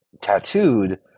tattooed